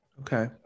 Okay